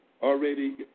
already